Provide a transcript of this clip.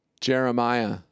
Jeremiah